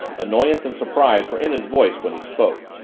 annoyance and surprise were in his voice when he spoke.